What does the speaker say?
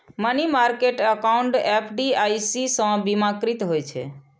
money market account FDIC सं बीमाकृत होइ छै